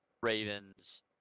Ravens